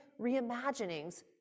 reimaginings